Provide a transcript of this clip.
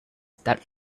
that